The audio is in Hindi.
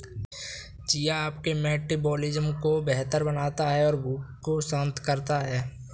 चिया आपके मेटाबॉलिज्म को बेहतर बनाता है और भूख को शांत करता है